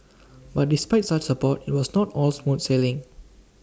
but despite such support IT was not all smooth sailing